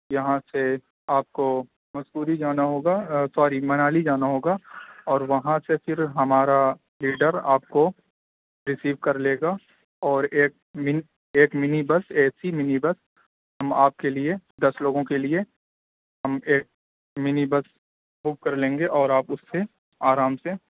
یہاں سے آپ کو مسوری جانا ہوگا سوری منالی جانا ہوگا اور وہاں سے پھر ہمارا لیڈر آپ کو ریسیو کر لے گا اور ایک ایک منی بس اے سی منی بس ہم آپ کے لیے دس لوگوں کے لیے ہم ایک منی بس بک کرلیں گے اور آپ اُس سے آرام سے